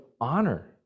honor